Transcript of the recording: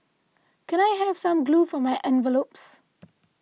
can I have some glue for my envelopes